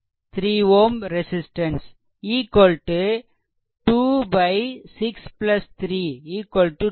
2 6 3 2 9 ampere